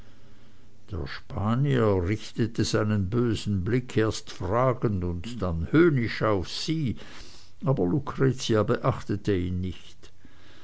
der spanier richtete seinen bösen blick erst fragend und dann höhnisch auf sie aber lucretia beachtete ihn nicht